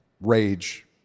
rage